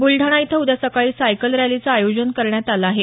ब्लडाणा इथं उद्या सकाळी सायकल रॅलीचं आयोजन करण्यात आलं आहे